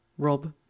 Rob